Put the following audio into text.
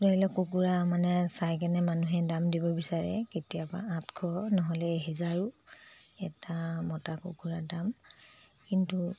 ধৰি লওক কুকুৰা মানে চাই কেনে মানুহে দাম দিব বিচাৰে কেতিয়াবা আঠশ নহ'লে হেজাৰো এটা মতা কুকুৰাৰ দাম কিন্তু